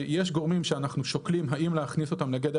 שיש גורמים שאנחנו שוקלים האם להכניס אותם לגדר